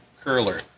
curler